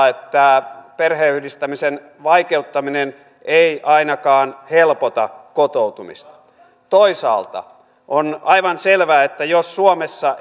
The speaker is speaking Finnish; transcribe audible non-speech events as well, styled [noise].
[unintelligible] että perheenyhdistämisen vaikeuttaminen ei ainakaan helpota kotoutumista toisaalta on aivan selvää että jos suomessa [unintelligible]